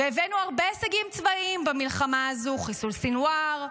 והבאנו הרבה הישגים צבאיים במלחמה הזאת: חיסול סנוואר,